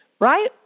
right